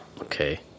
Okay